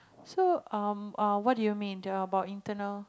so um uh what do you mean the about internal